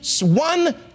one